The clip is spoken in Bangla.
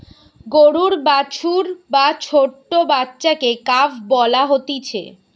গরুর বাছুর বা ছোট্ট বাচ্চাকে কাফ বলা হতিছে